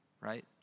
right